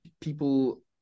people